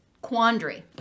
quandary